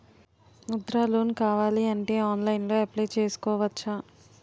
Mudra loan కావాలి అంటే ఆన్లైన్లో అప్లయ్ చేసుకోవచ్చా?